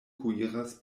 kuiras